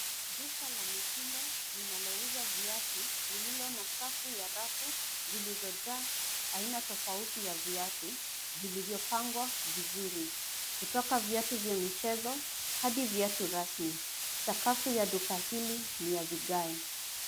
Duka la mitindo linalouza viatu lililo na safu ya rafu zilizojaa aina tofauti ya viatu vilivyopangwa vizuri kutoka viatu vya michezo hadi viatu rasmi. Sakafu ya duka hili ni ya vigae.